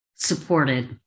Supported